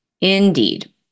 Indeed